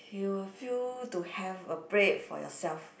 you will feel to have a break for yourself